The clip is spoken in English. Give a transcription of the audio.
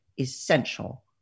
essential